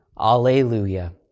Alleluia